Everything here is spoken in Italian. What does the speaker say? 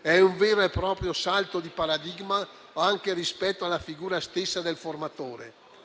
È un vero e proprio salto di paradigma, anche rispetto alla figura stessa del formatore: